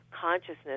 consciousness